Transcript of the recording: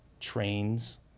trains